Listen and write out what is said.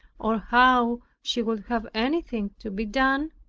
or how she would have anything to be done,